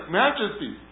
majesty